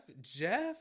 Jeff